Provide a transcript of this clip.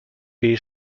beige